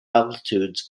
altitudes